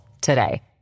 today